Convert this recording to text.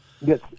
yes